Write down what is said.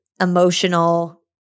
emotional